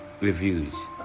reviews